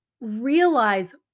realize